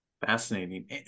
Fascinating